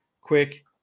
quick